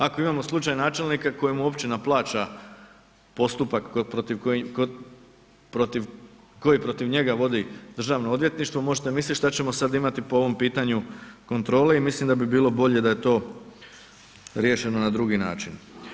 Ako imamo slučaj načelnika kojemu općina plaća postupak koji protiv njega vodi Državno odvjetništvo možete mislit šta ćemo sad imati po ovom pitanju kontrole i mislim da bi bilo bolje da je to riješeno na drugi način.